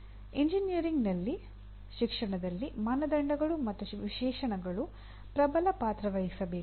engineering ಶಿಕ್ಷಣದಲ್ಲಿ ಮಾನದಂಡಗಳು ಮತ್ತು ವಿಶೇಷಣಗಳು ಪ್ರಬಲ ಪಾತ್ರ ವಹಿಸಬೇಕು